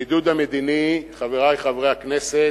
הבידוד המדיני, חברי חברי הכנסת,